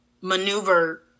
maneuver